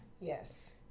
Yes